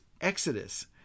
Exodus